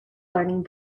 learning